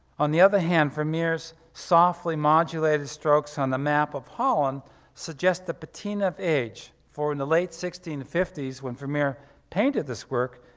on the other hand, vermeer's softly modulated strokes on the map of holland suggest the petina of age for in the late sixteen fifty s when vermeer painted this work,